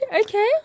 okay